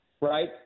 Right